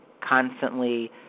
constantly